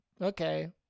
Okay